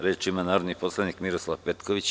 Reč ima narodni poslanik Miroslav Petković.